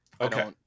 Okay